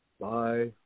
Bye